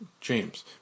James